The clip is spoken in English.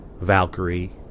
Valkyrie